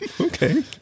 Okay